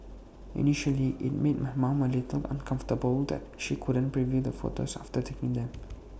initially IT made my mom A little uncomfortable that she couldn't preview the photos after taking them